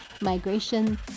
migration